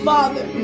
Father